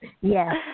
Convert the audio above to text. Yes